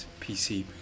pc